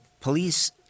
police